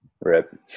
rip